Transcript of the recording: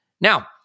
Now